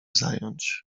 zająć